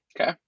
Okay